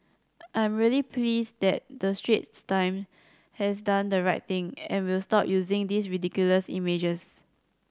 I'm really pleased that the Straits Times has done the right thing and will stop using these ridiculous images